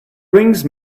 brings